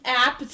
app